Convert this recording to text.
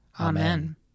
Amen